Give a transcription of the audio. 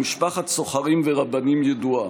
למשפחת סוחרים ורבנים ידועה.